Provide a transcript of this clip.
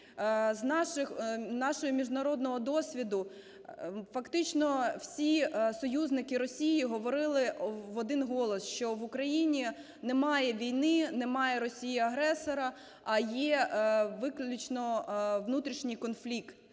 З нашого міжнародного досвіду фактично всі союзники Росії говорили в один голос, що в Україні немає війни, немає Росії-агресора, а є виключно внутрішній конфлікт.